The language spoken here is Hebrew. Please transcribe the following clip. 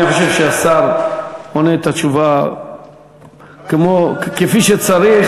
אני חושב שהשר עונה את התשובה כפי שצריך.